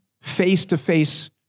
face-to-face